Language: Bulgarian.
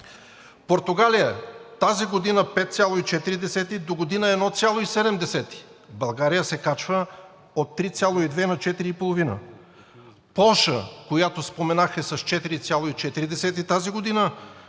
Португалия – тази година 5,4, догодина – 1,7. България се качва от 3,2 на 4,5. Полша, която споменах, е с 4,4 тази година,